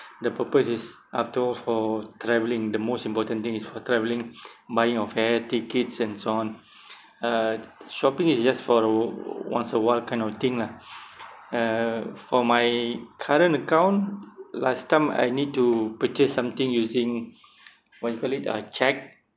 the purpose is after all for travelling the most important thing is for travelling buying of air tickets and so on uh shopping is just for once a while kind of thing lah uh for my current account last time I need to purchase something using what you call it uh cheque